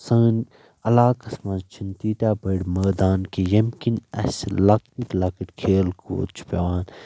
سٲنۍ علاقس منٛز چھِنہٕ تیٖتیاہ بٔڑۍ مٲدان کیٚنہہ ییٚمہِ کِنۍ اسہِ لکٕٹۍ لکٕٹۍ کھیل کوٗد چھِ پیٚوان